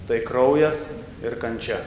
tai kraujas ir kančia